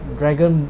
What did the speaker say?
dragon